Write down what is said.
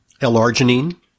L-arginine